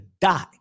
die